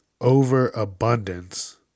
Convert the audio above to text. overabundance